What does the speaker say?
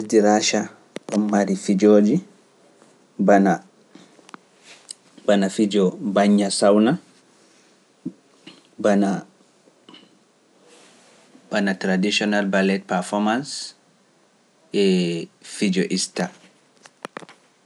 Ndi Raacha kammari fijoji, bana fijo baña sawna, bana bana tradisional ballet performance, e fijoista.